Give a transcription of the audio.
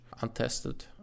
untested